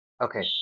Okay